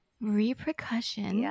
Repercussions